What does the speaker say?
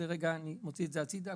את זה רגע אני מוציא הצדה.